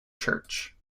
church